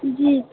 जी